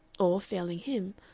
or, failing him,